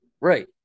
right